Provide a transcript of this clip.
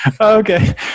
Okay